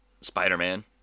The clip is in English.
Spider-Man